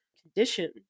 condition